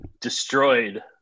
destroyed